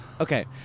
Okay